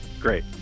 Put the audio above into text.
Great